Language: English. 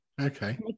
Okay